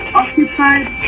occupied